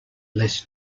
less